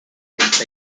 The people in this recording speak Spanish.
esta